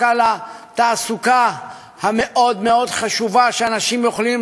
רק על התעסוקה המאוד-מאוד חשובה שאנשים יכולים